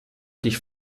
dich